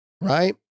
right